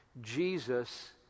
Jesus